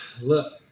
Look